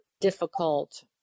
difficult